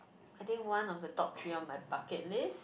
I think one of the top three on my bucket list